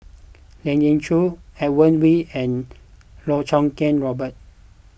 Lien Ying Chow Edmund Wee and Loh Choo Kiat Robert